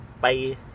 Bye